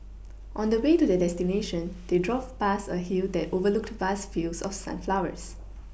on the way to their destination they drove past a hill that overlooked vast fields of sunflowers